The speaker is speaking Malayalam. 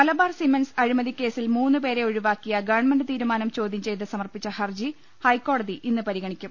മലബാർ സിമന്റ് സ് അഴിമതികേസിൽ മുന്നുപേരെ ഒഴിവാ ക്കിയ ഗവൺമെന്റ് തീരുമാനം ചോദ്യം ചെയ്ത് സമർപ്പിച്ച ഹർജി ഹൈക്കോടതി ഇന്ന് പരിഗണിക്കും